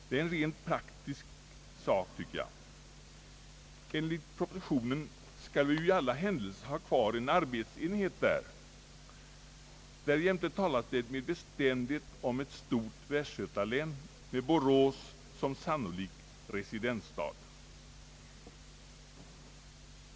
Det är av rent praktiska skäl. Enligt propositionen skall man i alla händelser ha kvar en arbetsenhet i Borås. Därjämte talas det med bestämdhet om ett stort västgötalän med Borås som sannolik residensstad.